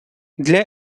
для